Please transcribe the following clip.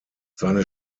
seine